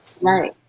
Right